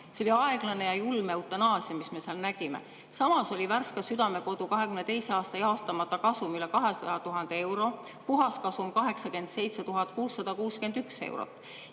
See oli aeglane ja julm eutanaasia, mis me seal nägime. Samas oli Värska Südamekodu 2022. aasta jaotamata kasum üle 200 000 euro, puhaskasum 87 661 eurot.